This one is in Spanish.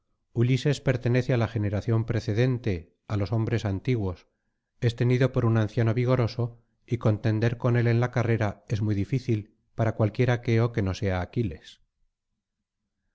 ulises pertenece á la generación precedente á los hombres antiguos es tenido por un anciano vigoroso y contender con él en la carrera es muy difícil para cualquier aqueo que no sea aquiles